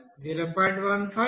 05 0